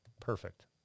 Perfect